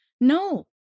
No